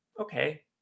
Okay